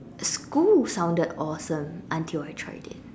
school sounded awesome until I tried it